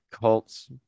cults